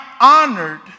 honored